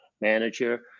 manager